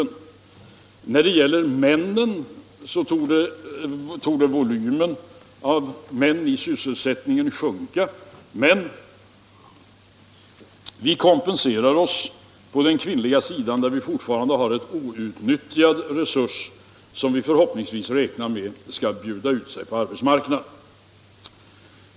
Volymen män i sysselsättning torde sjunka, men vi kompenserar oss på den kvinnliga sidan, där vi fortfarande har en outnyttjad resurs som vi räknar med skall, förhoppningsvis, bjuda ut sig på arbetsmarknaden.